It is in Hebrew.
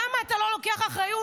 למה אתה לא לוקח אחריות?